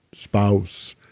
spouse,